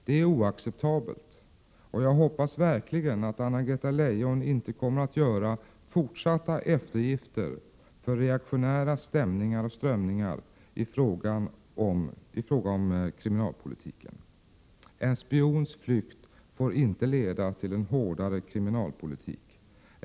Det är oacceptabelt, och jag hoppas verkligen att Anna-Greta Leijon inte kommer att fortsätta att göra eftergifter för reaktionära ställningar och strömningar i fråga om kriminalpolitiken. En spions flykt får inte leda till en hårdare kriminalpolitik.